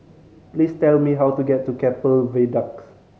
please tell me how to get to Keppel Viaduct